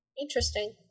Interesting